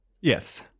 Yes